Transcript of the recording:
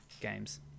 games